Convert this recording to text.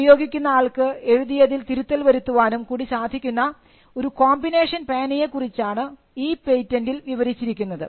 ഉപയോഗിക്കുന്ന ആൾക്ക് എഴുതിയതിൽ തിരുത്തൽ വരുത്തുവാനും കൂടി സാധിക്കുന്ന ഒരു കോമ്പിനേഷൻ പേനയെ കുറിച്ചാണ് ആണ് ഈ പേറ്റന്റിൽ വിവരിച്ചിരിക്കുന്നത്